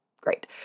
great